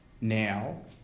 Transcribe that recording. now